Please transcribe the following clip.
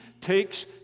takes